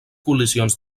col·lisions